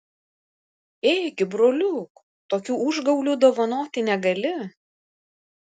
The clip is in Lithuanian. ėgi broliuk tokių užgaulių dovanoti negali